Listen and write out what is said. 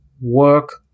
work